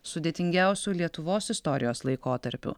sudėtingiausių lietuvos istorijos laikotarpių